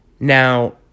Now